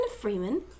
Freeman